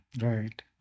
right